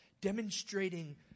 demonstrating